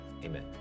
Amen